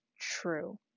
true